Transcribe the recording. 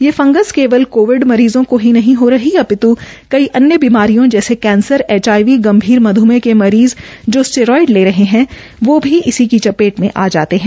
ये फंगस केवल कोविड मरीज़ों को नहीं नहीं हो रही अपित् कई अन्य बीमारियों जैसे कैंसर एचआईवी गंभीर मध्मेह के मरीज़ जो स्टीरोज़ड ले रहे है वे भी इसकी चपेट में जाते है